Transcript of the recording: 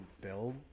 build